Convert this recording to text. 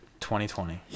2020